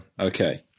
okay